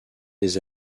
des